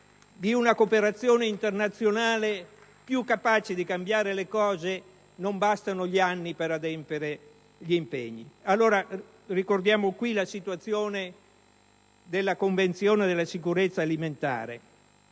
di una cooperazione internazionale più capace di cambiare le cose non bastano gli anni per adempiere agli impegni. *(Applausi dal Gruppo* *PD)*. Ricordiamo qui la situazione della Convenzione sulla sicurezza alimentare.